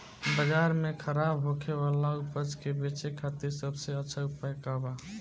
बाजार में खराब होखे वाला उपज के बेचे खातिर सबसे अच्छा उपाय का बा?